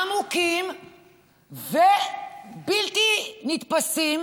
עמוקים ובלתי נתפסים